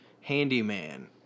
Handyman